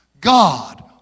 God